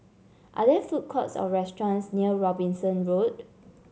are there food courts or restaurants near Robinson Road